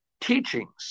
teachings